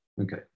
Okay